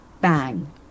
Bang